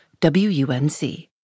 WUNC